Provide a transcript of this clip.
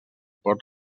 pot